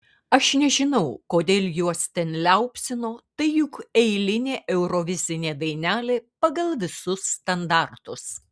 aš nežinau kodėl juos ten liaupsino tai juk eilinė eurovizinė dainelė pagal visus standartus